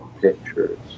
pictures